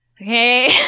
okay